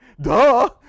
duh